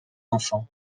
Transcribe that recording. enfants